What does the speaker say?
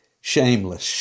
shameless